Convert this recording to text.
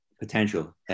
Potential